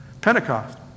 Pentecost